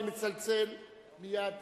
אני מצלצל מייד,